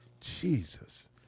Jesus